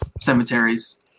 cemeteries